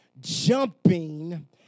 jumping